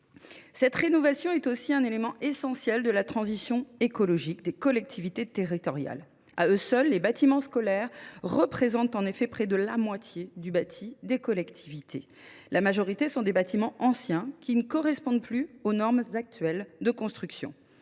Cette rénovation est aussi un élément essentiel de la transition écologique des collectivités territoriales. À eux seuls, les bâtiments scolaires représentent en effet près de la moitié du bâti des collectivités. Il s’agit en majorité de bâtiments anciens qui ne correspondent plus aux normes actuelles de construction.